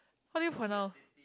what did you pronounce